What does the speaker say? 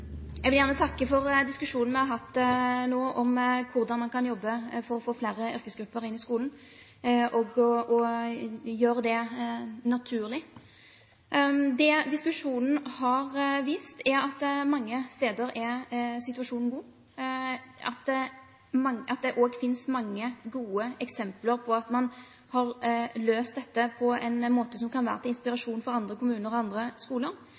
Jeg vil gjerne takke for diskusjonen vi har hatt nå om hvordan man kan jobbe for å få flere yrkesgrupper inn i skolen og å gjøre det naturlig. Det diskusjonen har vist, er at mange steder er situasjonen god, og at det også finnes mange gode eksempler på at man har løst dette på en måte som kan være til inspirasjon for andre kommuner og andre skoler.